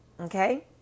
Okay